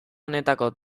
honetako